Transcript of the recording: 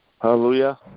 Hallelujah